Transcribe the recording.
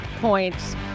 points